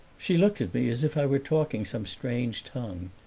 she looked at me as if i were talking some strange tongue,